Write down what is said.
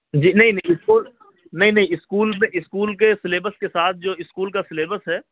جی نہیں اسکول نہیں نہیں اسکول میں اسکول کے سلیبس کے ساتھ جو اسکول کا سلیبس ہے